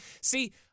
See